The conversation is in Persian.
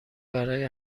برای